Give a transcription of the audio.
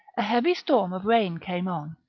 a heavy storm of rain came on,